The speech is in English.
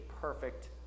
perfect